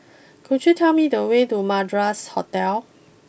could you tell me the way to Madras Hotel